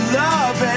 love